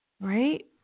Right